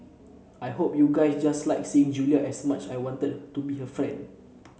I hope you guys just liked seeing Julia as much I wanted to be her friend